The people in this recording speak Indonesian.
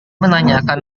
menanyakan